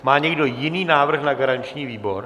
Má někdo jiný návrh na garanční výbor?